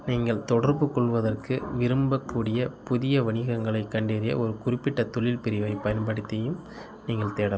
நீங்கள் தொடர்புகொள்வதற்கு விரும்பக்கூடிய புதிய வணிகங்களைக் கண்டறிய ஒரு குறிப்பிட்ட தொழில் பிரிவைப் பயன்படுத்தியும் நீங்கள் தேட